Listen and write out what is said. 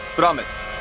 promise.